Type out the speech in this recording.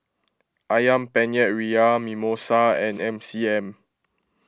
Ayam Penyet Ria Mimosa and M C M